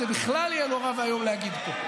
זה בכלל יהיה נורא ואיום להגיד פה.